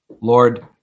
Lord